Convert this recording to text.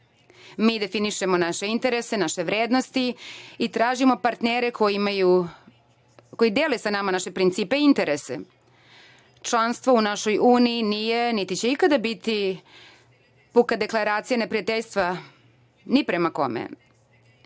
Mi definišemo naše interese, naše vrednosti i tražimo partnere koji dele sa nama naše principe i interese. Članstvo u našoj uniji nije, niti će ikada biti puka dekleracija neprijateljstva ni prema kome. Mi